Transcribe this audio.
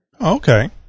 Okay